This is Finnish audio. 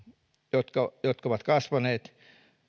jotka jotka ovat kasvaneet